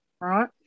Right